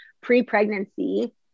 pre-pregnancy